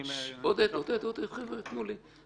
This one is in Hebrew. עודד, חבר'ה, תנו לי.